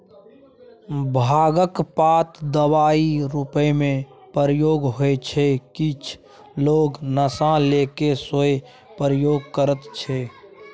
भांगक पात दबाइ रुपमे प्रयोग होइ छै किछ लोक नशा लेल सेहो प्रयोग करय छै